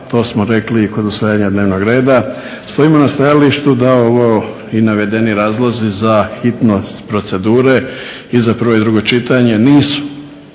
to smo rekli i kod usvajanja dnevnog reda, stojimo na stajalištu da ovo i navedeni razlozi za hitnost procedure i za prvo i drugo čitanje nisu